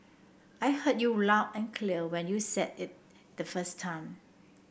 I heard you loud and clear when you said it the first time